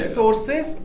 sources